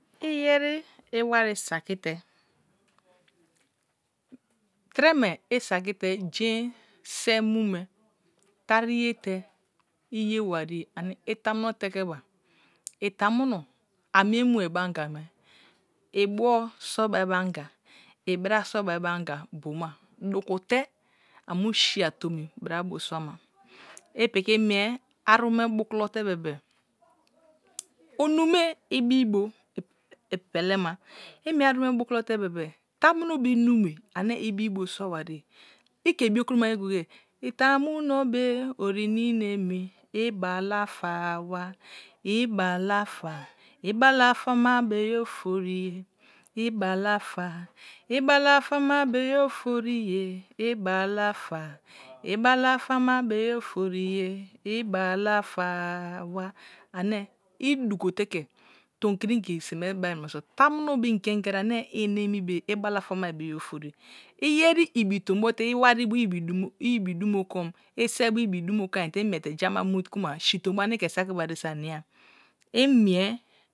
I yeri iwari saki te trime isaki te jein se mu me tari ye te iye warie ame iamuno teke ba i tamuno amie mue be anga me ibio sobia be anga ibra sobai be anga boma duku te amu si atomi bra bio suama. I piki mie aru me boku lote bebe o nume i bio bio pele ma imie arume bukulo te bebe tam uno be nume ane ibibio so ware ike bio kuro ma ye goye goye ' i tamuno be oririna emi ibala fala wa ibala fa ibala fame beye ofori ye ibak fa ibala fama be ye oforiye ibalafa ibalafama beyi beyi oforiye iba ibalafa wa ane i dugo te ke tonkiri ingi se me bai munoso tamuno gbeingeri ane ina emi beye ibalafa maibeye ofori i yeri ibi tonbo te iwari bu ibi dumo ibi dumo kom ise ba ibi dumo kon imiite ja ama mu ku ma si tombo ane ike saki bare so ania tinie.